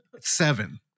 seven